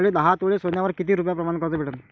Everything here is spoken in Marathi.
मले दहा तोळे सोन्यावर कितीक रुपया प्रमाण कर्ज भेटन?